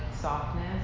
softness